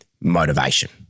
motivation